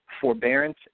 forbearance